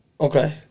Okay